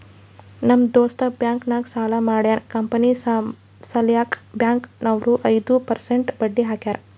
ನಮ್ ದೋಸ್ತ ಬ್ಯಾಂಕ್ ನಾಗ್ ಸಾಲ ಮಾಡ್ಯಾನ್ ಕಂಪನಿ ಸಲ್ಯಾಕ್ ಬ್ಯಾಂಕ್ ನವ್ರು ಐದು ಪರ್ಸೆಂಟ್ ಬಡ್ಡಿ ಹಾಕ್ಯಾರ್